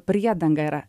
priedanga yra